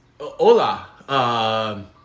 hola